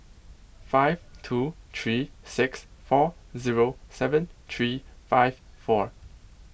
five two three six four zero seven three five four